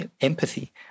empathy